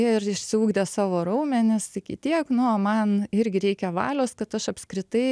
ir išsiugdė savo raumenis iki tiek nu o man irgi reikia valios kad aš apskritai